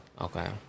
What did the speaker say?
Okay